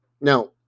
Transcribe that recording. now